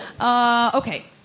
Okay